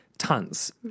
Tons